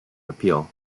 appeal